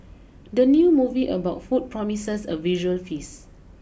the new movie about food promises a visual feast